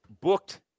booked